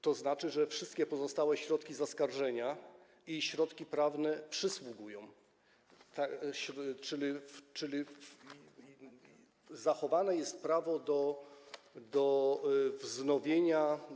To znaczy, że wszystkie pozostałe środki zaskarżenia i środki prawne przysługują, czyli zachowane jest prawo do wznowienia.